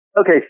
Okay